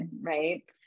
right